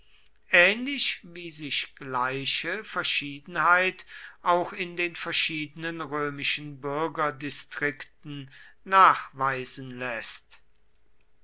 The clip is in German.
ähnlich wie sich gleiche verschiedenheit auch in den verschiedenen römischen bürgerdistrikten nachweisen läßt